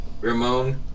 Ramon